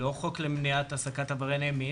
לא לפי חוק למניעת העסקת עברייני מין